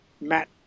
Matt